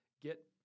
get